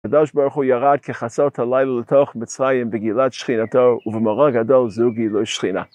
קדוש ברוך הוא ירד כחסות הלילה לתוך מצרים בגילת שכינתו, ובמורה גדול זו גילוי שכינה.